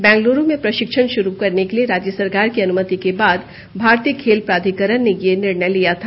बेंगलूरु में प्रशिक्षण शुरु करने के लिए राज्य सरकार की अनुमति के बाद भारतीय खेल प्राधिकरण ने यह निर्णय लिया था